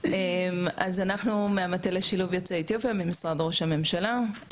אז אנחנו מהמטה לשילוב יוצאי אתיופיה במשרד ראש הממשלה.